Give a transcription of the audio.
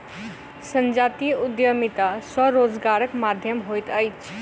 संजातीय उद्यमिता स्वरोजगारक माध्यम होइत अछि